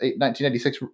1996